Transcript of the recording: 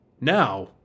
now